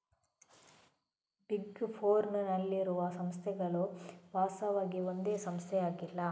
big ಫೋರ್ನ್ ನಲ್ಲಿರುವ ಸಂಸ್ಥೆಗಳು ವಾಸ್ತವವಾಗಿ ಒಂದೇ ಸಂಸ್ಥೆಯಾಗಿಲ್ಲ